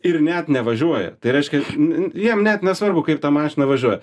ir net nevažiuoja tai reiškia n jiem net nesvarbu kaip ta mašina važiuoja